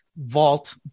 vault